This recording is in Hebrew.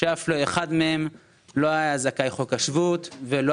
שאף לא אחד מהם לא היה זכאי חוק השבות ולא